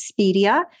Expedia